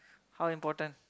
how important